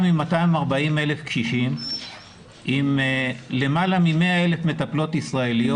מ-240,000 קשישים עם למעלה מ-100,000 מטפלות ישראליות.